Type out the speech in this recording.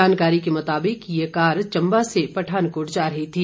जानकारी के मुताबिक ये कार चम्बा से पठानकोट जा रही थी